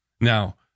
now